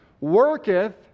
worketh